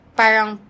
parang